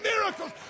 miracles